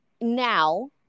now